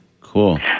cool